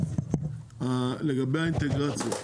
לגבי האינטגרציה,